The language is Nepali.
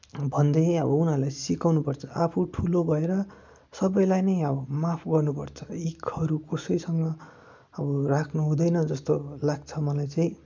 भन्दै अब उनीहरूलाई सिकाउनुपर्छ आफू ठुलो भएर सबैलाई नै अब माफ गर्नुपर्छ इखहरू कसैसँग अब राख्नु हुँदैन जस्तो लाग्छ मलाई चाहिँ